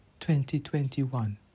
2021